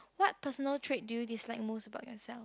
what personal trait do you dislike most about yourself